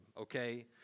okay